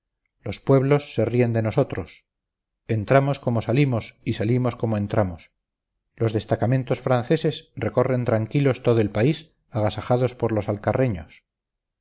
los pueblos se ríen de nosotros entramos como salimos y salimos como entramos los destacamentos franceses recorren tranquilos todo el país agasajados por los alcarreños